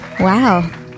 Wow